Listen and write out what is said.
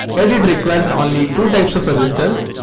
as it requires only two types of resistors,